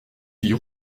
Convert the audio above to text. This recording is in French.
fille